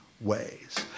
ways